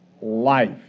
life